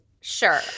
Sure